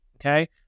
Okay